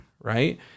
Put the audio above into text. Right